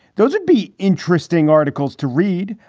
those would be interesting articles to read.